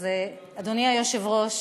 אדוני היושב-ראש,